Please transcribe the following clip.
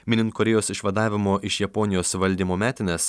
minint korėjos išvadavimo iš japonijos valdymo metines